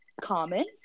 common